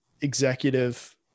executive